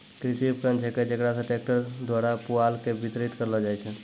कृषि उपकरण छेकै जेकरा से ट्रक्टर द्वारा पुआल के बितरित करलो जाय छै